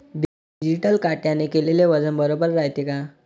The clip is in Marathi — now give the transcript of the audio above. डिजिटल काट्याने केलेल वजन बरोबर रायते का?